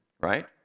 right